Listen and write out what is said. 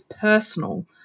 personal